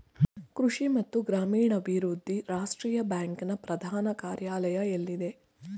ಕೃಷಿ ಮತ್ತು ಗ್ರಾಮೀಣಾಭಿವೃದ್ಧಿ ರಾಷ್ಟ್ರೀಯ ಬ್ಯಾಂಕ್ ನ ಪ್ರಧಾನ ಕಾರ್ಯಾಲಯ ಎಲ್ಲಿದೆ?